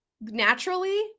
naturally